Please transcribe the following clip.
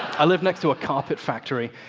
i live next to a carpet factory.